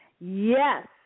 yes